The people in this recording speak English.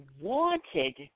wanted